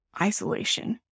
isolation